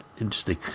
interesting